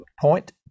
point